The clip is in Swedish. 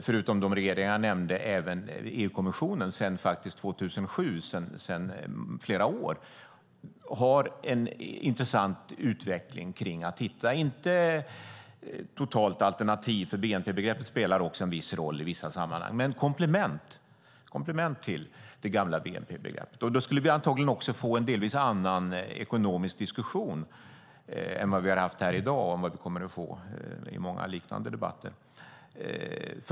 Förutom de länder jag nämnde har faktiskt EU-kommissionen sedan 2007 en intressant utveckling när det gäller att hitta komplement till det gamla bnp-begreppet - inte något totalt alternativ eftersom bnp-begreppet spelar en viss roll i en del sammanhang. Vi skulle då antagligen få en annan ekonomisk diskussion än vad vi har haft här i dag och kommer att få i liknande debatter.